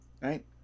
right